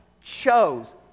chose